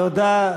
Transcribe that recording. תודה.